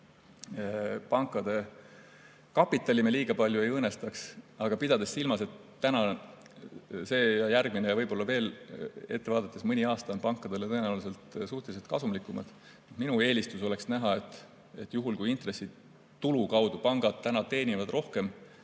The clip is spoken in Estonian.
pankade kapitali liiga palju ei õõnestaks. Aga pidades silmas, et tänavune ja järgmine ja võib-olla ette vaadates veel mõni aasta on pankadele tõenäoliselt suhteliselt kasumlikumad, oleks minu eelistus näha, et juhul, kui intressitulu kaudu pangad teenivad rohkem